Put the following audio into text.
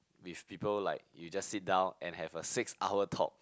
with people like you just sit down and have a six hour talk